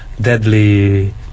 deadly